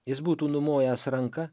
jis būtų numojęs ranka